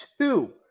two